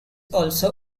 also